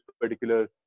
particular